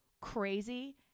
crazy